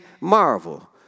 marvel